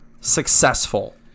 successful